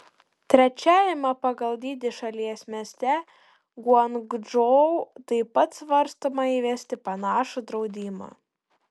trečiajame pagal dydį šalies mieste guangdžou taip pat svarstoma įvesti panašų draudimą